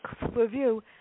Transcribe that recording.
review